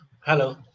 Hello